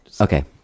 okay